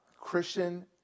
Christian